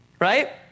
Right